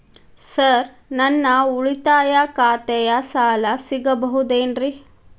Sir ನನ್ನ ಉಳಿತಾಯ ಖಾತೆಯ ಸಾಲ ಸಿಗಬಹುದೇನ್ರಿ?